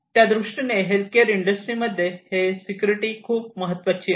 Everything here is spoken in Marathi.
त्यादृष्टीने हेल्थकेअर इंडस्ट्रीमध्ये हे सिक्युरिटी खूप महत्त्वाची आहे